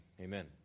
Amen